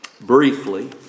briefly